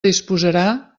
disposarà